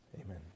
Amen